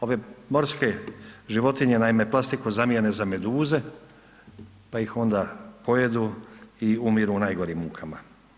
Ove morske životinje, naime plastiku zamijene za meduze, pa ih onda pojedu i umiru u najgorim mukama.